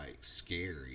scary